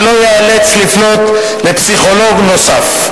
ולא ייאלץ לפנות לפסיכולוג נוסף.